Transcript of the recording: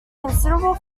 considerable